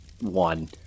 one